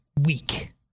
weak